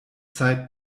zeit